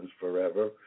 forever